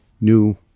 new